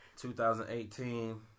2018